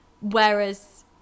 whereas